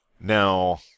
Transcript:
now